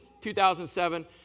2007